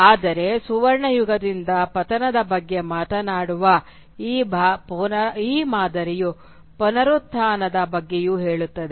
ಆದರೆ ಸುವರ್ಣಯುಗದಿಂದ ಪತನದ ಬಗ್ಗೆ ಮಾತನಾಡುವ ಈ ಮಾದರಿಯು ಪುನರುತ್ತಾನದ ಬಗ್ಗೆಯೂ ಹೇಳುತ್ತದೆ